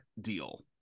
deal